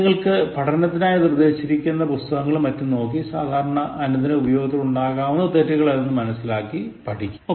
ഞാൻ നിങ്ങക്ക് പഠനത്തിനായി നിർദ്ദേശിച്ചിരിക്കുന്ന പുസ്തകങ്ങളും മറ്റും നോക്കി സാധാരണ അനുദിന ഉപയോഗത്തിൽ ഉണ്ടാകാവുന്ന തെറ്റുകൾ ഏതെന്നു മനസിലാക്കി പഠിക്കുക